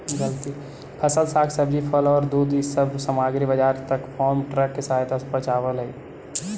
फसल, साग सब्जी, फल औउर दूध इ सब सामग्रि के बाजार तक फार्म ट्रक के सहायता से पचावल हई